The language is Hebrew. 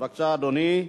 בבקשה, אדוני.